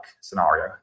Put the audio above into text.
scenario